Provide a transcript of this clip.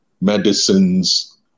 medicines